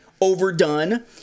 overdone